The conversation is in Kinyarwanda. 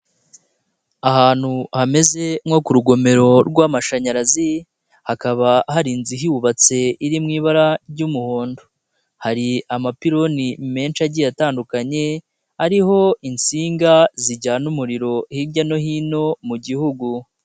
Ahantu hameze nko ku rugomero rw'amashanyarazi hakaba hari inzu hubatse iri mu ibara ry'umuhondo, hari amapiloni menshi agiye atandukanye ariho insinga zijyana umuriro hirya no hino mu gihugu.